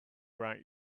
write